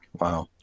Wow